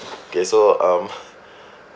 okay so um